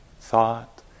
thought